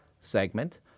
segment